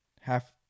Half